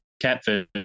catfish